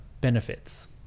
benefits